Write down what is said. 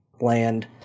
land